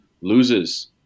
loses